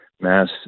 Mass